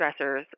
stressors